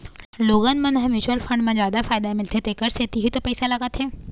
लोगन मन ह म्युचुअल फंड म जादा फायदा मिलथे तेखर सेती ही तो पइसा लगाथे